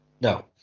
no